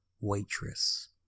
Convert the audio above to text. Waitress